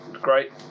Great